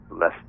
less